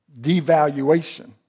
devaluation